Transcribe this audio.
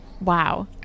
Wow